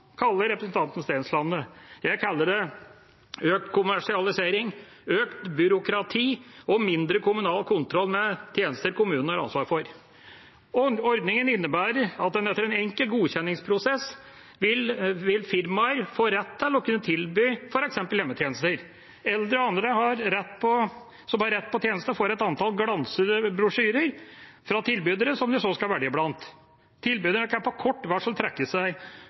kaller representanten Stensland det. Jeg kaller det økt kommersialisering, økt byråkrati og mindre kommunal kontroll med tjenester kommunen har ansvar for. Ordningen innebærer at etter en enkel godkjenningsprosess vil firmaer få rett til å kunne tilby f.eks. hjemmetjenester. Eldre og andre som har rett på tjenesten, får et antall glansede brosjyrer fra tilbydere som de så skal velge blant. Tilbyderne kan på kort varsel trekke seg